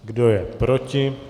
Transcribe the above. Kdo je proti?